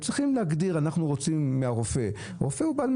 צריך להגדיר: אנחנו רוצים מן הרופא לבדוק